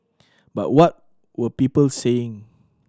but what were people saying